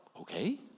Okay